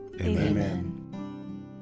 Amen